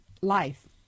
life